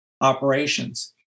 operations